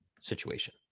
situation